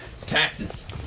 taxes